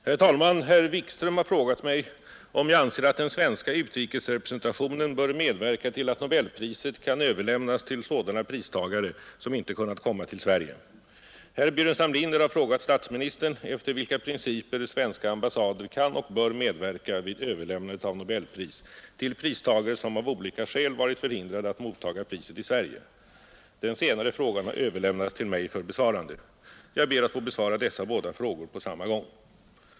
Herr talman! Herr Wikström har frågat mig om jag anser att den svenska utrikesrepresentationen bör medverka till att nobelpriset kan överlämnas till sådana pristagare som inte kunnat komma till Sverige. Herr Burenstam Linder har frågat statsministern efter vilka principer svenska ambassader kan och bör medverka vid överlämnandet av nobelpris till pristagare, som av olika skäl varit förhindrade att mottaga priset i Sverige. Den senare frågan har överlämnats till mig för besvarande, Jag ber att få besvara dessa båda frågor på samma gång.